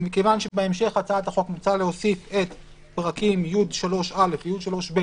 ומכיוון שבהמשך הצעת החוק מוצע להוסיף את פרקים י3א ו-י3ב,